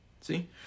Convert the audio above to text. See